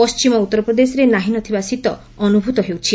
ପଶ୍ଚିମ ଉତ୍ତରପ୍ରଦେଶରେ ନାହିଁ ନଥିବା ଶୀତ ଅନୁଭୂତ ହେଉଛି